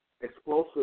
explosive